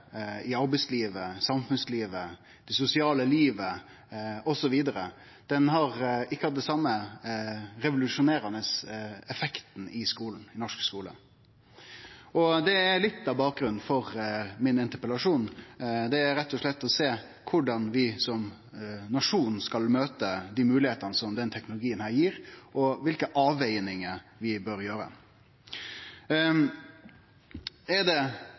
i arbeidslivet, samfunnslivet, det sosiale livet osv., har ikkje hatt den same revolusjonerande effekten i den norske skulen. Det er litt av bakgrunnen for interpellasjonen min – rett og slett å sjå korleis vi som nasjon skal møte dei moglegheitene som denne teknologien gjev, og kva for avvegingar vi bør gjere.